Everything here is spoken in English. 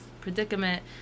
predicament